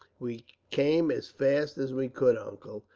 we came as fast as we could, uncle,